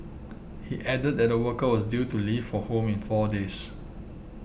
he added that the worker was due to leave for home in four days